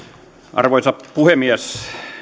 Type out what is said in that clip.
arvoisa puhemies